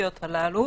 הספציפיות הללו,